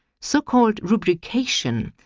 so-called rubrication,